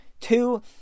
Two